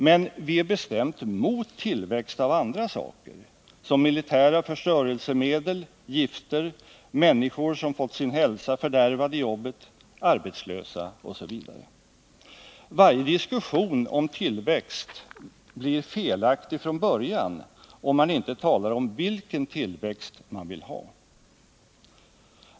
Men vi är bestämt mot tillväxt på andra punkter, som militära förstörelsemedel, gifter, antalet människor som fått sin hälsa fördärvad i jobbet, antalet arbetslösa osv. Varje diskussion om tillväxt blir felaktig från början om man inte talar om vilken tillväxt man vill ha.